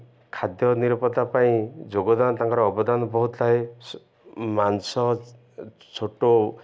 ଖାଦ୍ୟ ନିରପତ୍ତା ପାଇଁ ଯୋଗଦାନ ତାଙ୍କର ଅବଦାନ ବହୁତ ଥାଏ ମାଂସ ଛୋଟ